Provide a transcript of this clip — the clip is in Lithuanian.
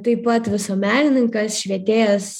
taip pat visuomenininkas švietėjas